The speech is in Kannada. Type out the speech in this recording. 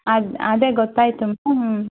ಅದ್ ಅದೇ ಗೊತ್ತಾಯಿತು ಮ್ಯಾಮ್